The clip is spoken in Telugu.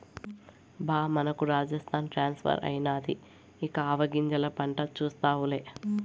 బా మనకు రాజస్థాన్ ట్రాన్స్ఫర్ అయినాది ఇక ఆవాగింజల పంట చూస్తావులే